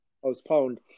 postponed